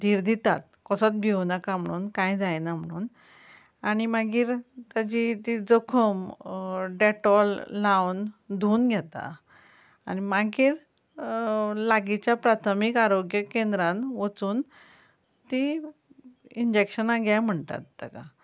धीर दितात कोसोत भियो नाका म्हुणून कांय जायना म्हुणून आनी मागीर ताजी जी जखम डॅटॉल लावन धुवन घेतात आनी मागीर लागींच्या प्राथमीक आरोग्य केंद्रांत वचून तीं इंजॅक्शनां घे म्हणटात ताका